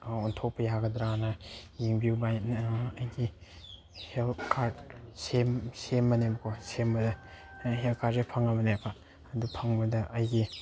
ꯑꯣꯟꯊꯣꯛꯄ ꯌꯥꯒꯗ꯭ꯔꯅ ꯌꯦꯡꯕꯤꯌꯨ ꯚꯥꯏ ꯑꯩꯒꯤ ꯍꯦꯜꯊ ꯀꯥꯔꯠ ꯁꯦꯝꯕꯅꯦꯕ ꯀꯣ ꯁꯦꯝꯕꯗ ꯍꯦꯜ ꯀꯥꯔꯠꯁꯦ ꯐꯪꯉꯕꯅꯦꯕ ꯑꯗꯨ ꯐꯪꯕꯗ ꯑꯩꯒꯤ